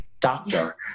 doctor